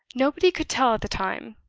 nobody could tell at the time.